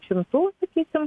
šimtų sakysim